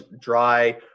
dry